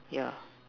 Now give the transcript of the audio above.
yeah